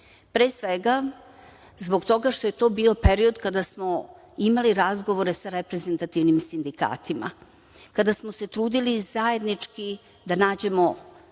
Pre svega, zbog toga što je to bio period kada smo imali razgovore sa reprezentativnim sindikatima, kada smo se trudili zajednički da nađemo